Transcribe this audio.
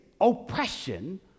oppression